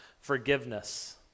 forgiveness